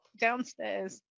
downstairs